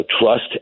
trust